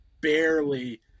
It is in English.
barely